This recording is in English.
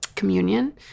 communion